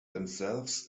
themselves